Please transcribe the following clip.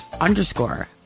underscore